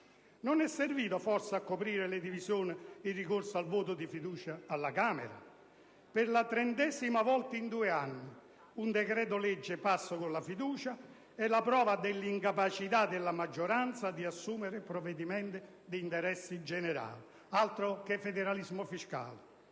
Non è servito forse a coprire le divisioni il ricorso al voto di fiducia alla Camera? Per la trentesima volta in due anni, un decreto-legge passa con la fiducia: è la prova dell'incapacità della maggioranza di assumere provvedimenti di interesse generale. Altro che federalismo fiscale!